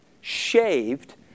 shaved